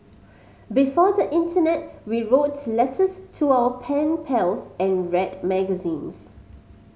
before the internet we wrote letters to our pen pals and read magazines